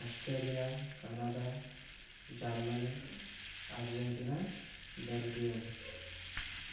Australia Canada Germany Argentina Belgium